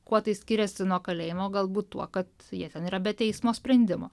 kuo tai skiriasi nuo kalėjimo galbūt tuo kad jie ten yra be teismo sprendimo